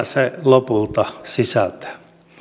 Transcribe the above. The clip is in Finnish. se lopulta sisältää